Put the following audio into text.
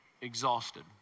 exhausted